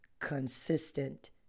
consistent